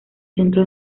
centro